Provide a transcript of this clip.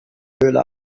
höhle